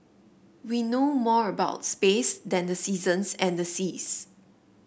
we know more about space than the seasons and the seas